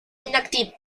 inactivo